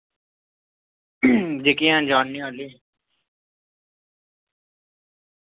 जेह्के हैन न जानने आह्ले